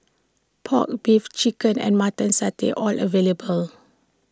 Pork Beef Chicken and Mutton Satay all available